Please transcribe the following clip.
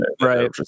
right